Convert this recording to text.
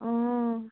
অঁ